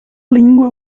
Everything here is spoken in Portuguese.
língua